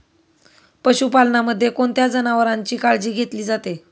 पशुपालनामध्ये कोणत्या जनावरांची काळजी घेतली जाते?